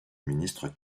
ministre